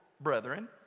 brethren